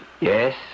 Yes